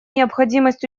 необходимость